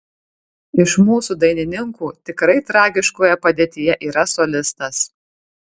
iš mūsų dainininkų tikrai tragiškoje padėtyje yra solistas